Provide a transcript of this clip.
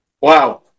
wow